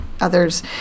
others